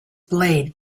blade